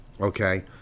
okay